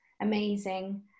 amazing